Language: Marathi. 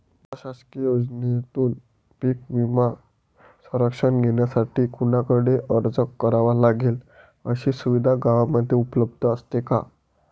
मला शासकीय योजनेतून पीक विमा संरक्षण घेण्यासाठी कुणाकडे अर्ज करावा लागेल? अशी सुविधा गावामध्ये उपलब्ध असते का?